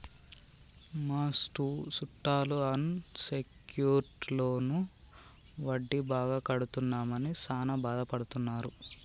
మా సుట్టాలు unsecured loan వడ్డీ బాగా కడుతున్నామని సాన బాదపడుతున్నారు